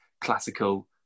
classical